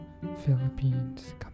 Philippines